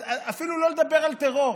אפילו לא לדבר על טרור.